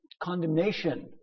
condemnation